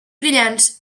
brillants